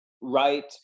right